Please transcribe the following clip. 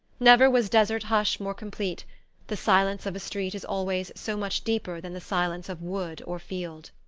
never was desert hush more complete the silence of a street is always so much deeper than the silence of wood or field.